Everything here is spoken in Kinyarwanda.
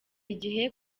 igihe